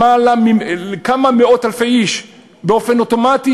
כמה מאות-אלפי איש באופן אוטומטי,